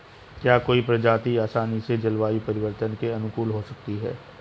क्या कोई प्रजाति आसानी से जलवायु परिवर्तन के अनुकूल हो सकती है?